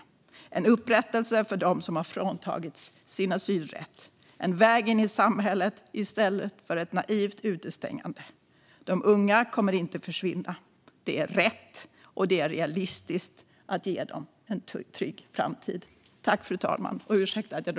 Det innebär en upprättelse för dem som har fråntagits sin asylrätt och en väg in i samhället i stället för ett naivt utestängande. De unga kommer inte att försvinna. Det är rätt och realistiskt att ge dem en trygg framtid.